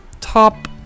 top